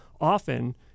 often